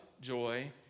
joy